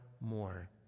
more